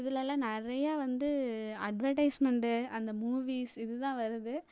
இதிலலாம் நிறையா வந்து அட்வர்டைஸ்மெண்டு அந்த மூவிஸ் இதுதான் வருது